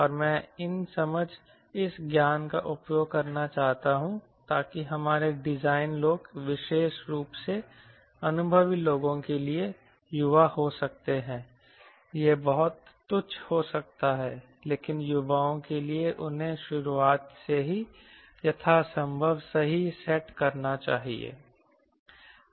और मैं इन समझ इस ज्ञान का उपयोग करना चाहता हूं ताकि हमारे डिजाइन लोग विशेष रूप से अनुभवी लोगों के लिए युवा हो सकते हैं यह बहुत तुच्छ हो सकता है लेकिन युवाओं के लिए उन्हें शुरुआत से ही यथासंभव सही सेट करना चाहिए